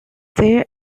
there